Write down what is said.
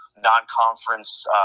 non-conference